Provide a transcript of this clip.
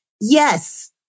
Yes